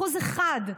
אחוז אחד,